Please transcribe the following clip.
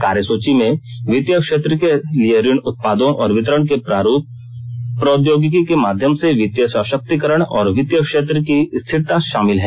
कार्यसुची में वित्तीय क्षेत्र के लिए ऋण उत्पादों और वितरण के प्रारूप प्रौद्योगिकी के माध्यम से वित्तीय सशक्तिकरण और वित्तीय क्षेत्र की स्थिरता शामिल हैं